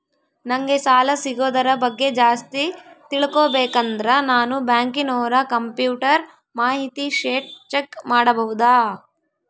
ನಂಗೆ ಸಾಲ ಸಿಗೋದರ ಬಗ್ಗೆ ಜಾಸ್ತಿ ತಿಳಕೋಬೇಕಂದ್ರ ನಾನು ಬ್ಯಾಂಕಿನೋರ ಕಂಪ್ಯೂಟರ್ ಮಾಹಿತಿ ಶೇಟ್ ಚೆಕ್ ಮಾಡಬಹುದಾ?